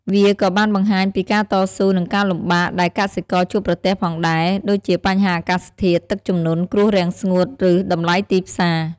វាក៏បានបង្ហាញពី ការតស៊ូ និងការលំបាក ដែលកសិករជួបប្រទះផងដែរ ដូចជាបញ្ហាអាកាសធាតុ ទឹកជំនន់ គ្រោះរាំងស្ងួត ឬតម្លៃទីផ្សារ។